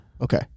Okay